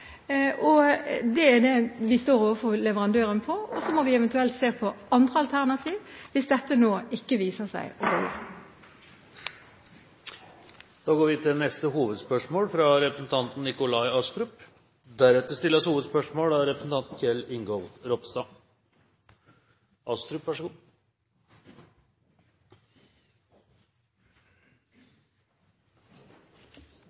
Det er det vi står på overfor leverandøren. Så må vi eventuelt se på andre alternativer hvis dette nå ikke viser seg å Vi går videre til neste hovedspørsmål.